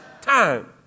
time